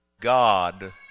God